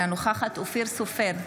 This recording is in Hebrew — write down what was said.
אינה נוכחת אופיר סופר,